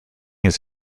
his